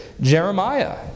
Jeremiah